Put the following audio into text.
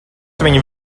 viņu